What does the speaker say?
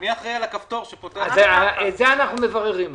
את זה אנחנו מבררים עכשיו.